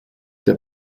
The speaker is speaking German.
der